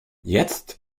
jetzt